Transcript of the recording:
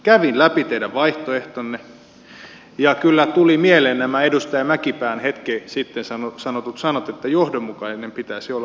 kävin läpi teidän vaihtoehtonne ja kyllä tulivat mieleen nämä edustaja mäkipään hetki sitten sanomat sanat että johdonmukainen pitäisi olla